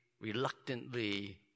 reluctantly